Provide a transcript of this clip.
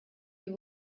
you